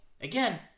again